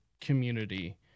community